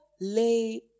lay